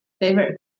Favorite